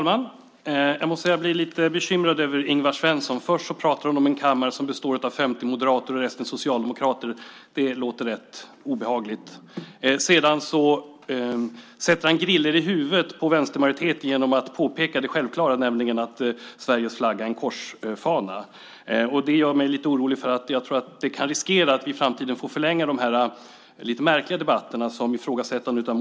Fru talman! Jag blir lite bekymrad över Ingvar Svensson. Först pratar han om en kammare som består av 50 moderater och resten socialdemokrater. Det låter rätt obehagligt. Sedan sätter han griller i huvudet på vänstermajoriteten genom att påpeka det självklara, nämligen att Sveriges flagga är en korsfana. Det gör mig lite orolig. Jag tror att det kan riskera att vi i framtiden får förlänga de här lite märkliga debatterna som ifrågasätter monarkin.